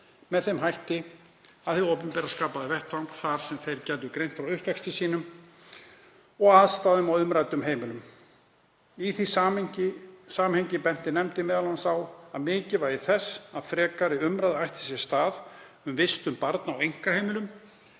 með þeim hætti að hið opinbera skapaði vettvang þar sem þeir gætu greint frá uppvexti sínum og aðstæðum á umræddum heimilum. Í því samhengi benti nefndin m.a. á mikilvægi þess að frekari umræða ætti sér stað um vistun barna á einkaheimilum